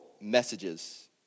messages